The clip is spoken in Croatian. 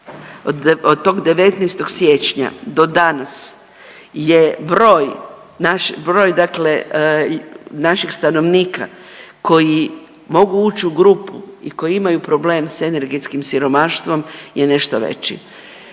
od tog 19. siječnja do danas je broj naše, broj dakle naših stanovnika koji mogu ući u grupu i koji imaju problem s energetskim siromaštvom je nešto veći.